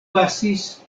pasis